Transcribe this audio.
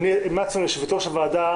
המלצנו על יושבת-ראש הוועדה,